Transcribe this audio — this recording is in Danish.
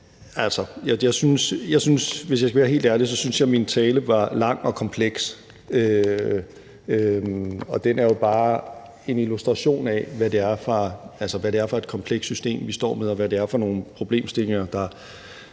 synes jeg, at min tale var lang og kompleks, og den er jo bare en illustration af, hvad det er for et komplekst system, vi står med, og hvad det er for nogle problemstillinger,